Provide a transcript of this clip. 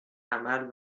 عمل